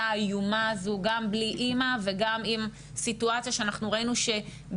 האיומה הזו גם בלי אמא וגם עם סיטואציה שאנחנו ראינו איך